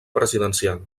presidencial